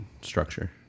structure